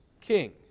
king